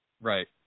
Right